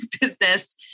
business